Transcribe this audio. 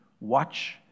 watch